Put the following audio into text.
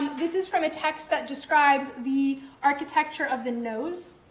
this is from a text that describes the architecture of the nose,